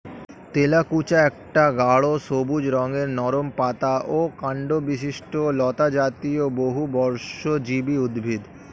তেলাকুচা একটা গাঢ় সবুজ রঙের নরম পাতা ও কাণ্ডবিশিষ্ট লতাজাতীয় বহুবর্ষজীবী উদ্ভিদ